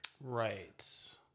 Right